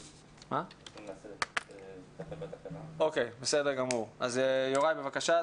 בתקלה, אז יוראי, בבקשה.